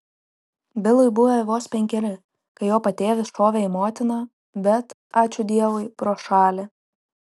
bilui buvę vos penkeri kai jo patėvis šovė į motiną bet ačiū dievui pro šalį